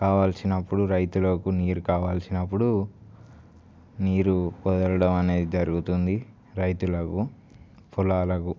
కావాల్సినపుడు రైతులకు నీరు కావలసినప్పుడు నీరు వదలడం అనేది జరుగుతుంది రైతులకు పొలాలకు